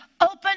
Open